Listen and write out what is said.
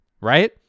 right